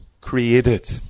created